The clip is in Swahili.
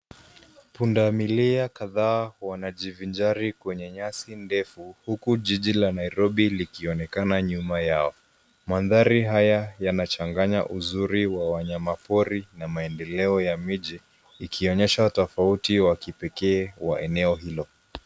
Punda milia kadhaa wanajivinjari kwenye nyasi ndefu huku jiji la nairobi likionekana nyuma yao. Mandhari haya yanachanganya uzuri wa wanayamapori na maendeleo ya miji ikionyesha tofauti wa kipekee wa eneo hilo.